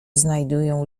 znajdują